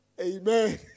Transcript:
amen